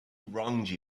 wronged